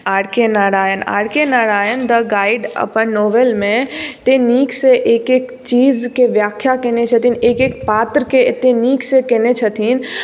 R K Narayan R K Narayan The Guide अपन novel मे एतै नीकसँ एक एक चीजके व्याख्या केने छथिन एक एक पात्रके एतै नीकसँ केने छथिन